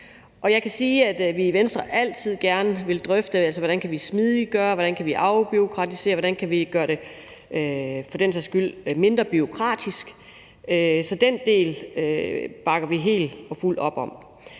Jeg kan sige, at vi i Venstre altid gerne vil drøfte, hvordan vi kan smidiggøre, hvordan vi kan afbureaukratisere, og hvordan vi for den sags skyld kan gøre det mindre bureaukratisk. Så den del bakker vi helt og fuldt op om.